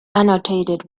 annotated